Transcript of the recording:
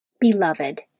Beloved